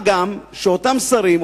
מה גם שאותם שרים,